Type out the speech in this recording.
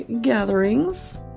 gatherings